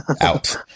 out